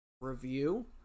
review